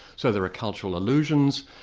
so there are cultural allusions,